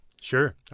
Sure